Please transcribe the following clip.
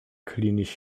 klinisch